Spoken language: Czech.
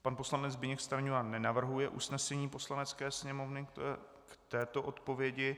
Pan poslanec Zbyněk Stanjura nenavrhuje usnesení Poslanecké sněmovny k této odpovědi.